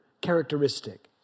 characteristic